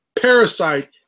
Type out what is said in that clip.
parasite